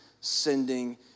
sending